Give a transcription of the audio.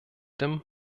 dem